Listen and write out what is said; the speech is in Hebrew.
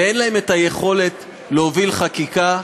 ואין להן יכולת להוביל חקיקה,